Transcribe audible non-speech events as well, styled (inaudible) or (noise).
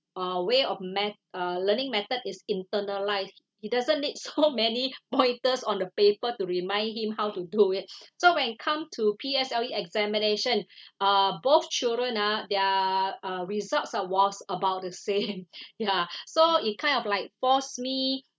uh way of met~ uh learning method is internalised he doesn't need so (noise) many pointers on the paper to remind him how to do it (breath) so when it come to P_S_L_E examination (breath) uh both children nah their uh results ah was about the same (noise) (breath) ya so it kind of like force me